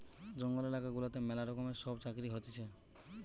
জঙ্গল এলাকা গুলাতে ম্যালা রকমের সব চাকরি হতিছে